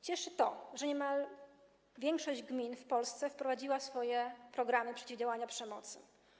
Cieszy to, że niemal większość gmin w Polsce wprowadziła swoje programy przeciwdziałania przemocy.